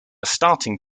starting